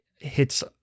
hits